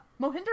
Mohinder